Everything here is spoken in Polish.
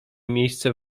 miejsce